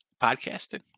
podcasting